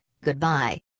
goodbye